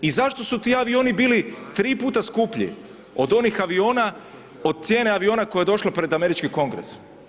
I zašto su ti avioni bili 3 puta skuplji od onih aviona, od cijene aviona koje je došlo pred američki kongres?